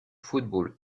football